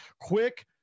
Quick